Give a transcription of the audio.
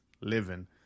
living